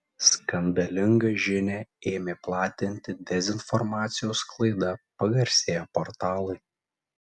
skandalingą žinią ėmė platinti dezinformacijos sklaida pagarsėję portalai